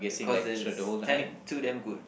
because it's ten too damn good